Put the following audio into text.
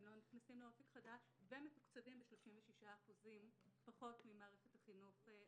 הם לא נכנסים ל"אופק חדש" ומתוקצבים ב-33% פחות ממערכת החינוך הרשמית.